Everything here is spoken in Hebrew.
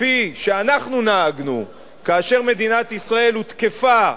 כפי שאנחנו נהגנו כאשר מדינת ישראל הותקפה,